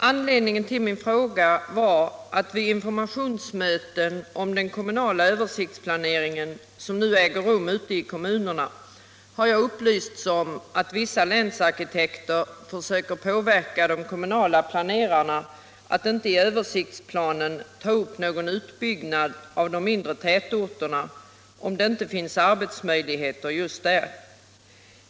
Anledningen till min fråga var att vid informationsmöten om den kommunala översiktsplaneringen, som nu äger rum ute i kommunerna, har jag upplysts om att vissa länsarkitekter försöker påverka de kommunala planerarna att i översiktsplanen inte ta upp någon utbyggnad av de mindre tätorterna, om det inte finns arbetsmöjligheter just där.